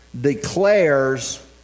declares